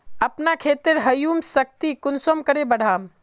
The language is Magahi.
अपना खेतेर ह्यूमस शक्ति कुंसम करे बढ़ाम?